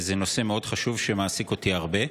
זה נושא מאוד חשוב שמעסיק אותי הרבה.